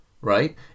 right